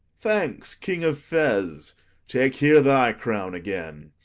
thanks, king of fez take here thy crown again.